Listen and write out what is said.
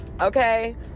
Okay